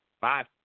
five